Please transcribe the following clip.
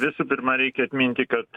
visų pirma reikia atminti kad